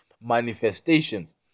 manifestations